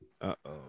Uh-oh